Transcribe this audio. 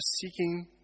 seeking